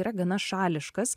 yra gana šališkas